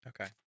Okay